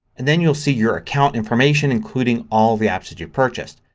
and then you'll see your account information including all of the apps that you've purchased.